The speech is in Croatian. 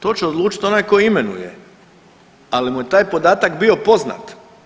To će odlučiti onaj tko imenuje, ali mu je taj podatak bio poznat.